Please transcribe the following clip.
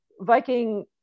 viking